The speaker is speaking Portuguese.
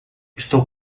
estou